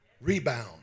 Rebound